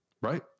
Right